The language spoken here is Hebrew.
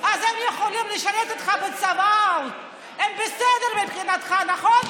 הם יכולים לשרת אותך בצבא, הם בסדר מבחינתך, נכון?